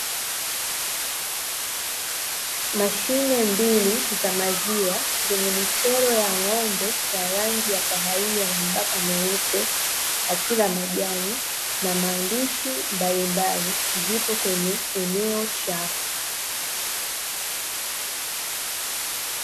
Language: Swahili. Mashine mbili za maziwa zenye michoro ya ng'ombe wa rangi ya kahawia na mabaka meupe wanakula majani na maandishi mbalimbali, zipo kwenye eneo chafu.